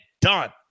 done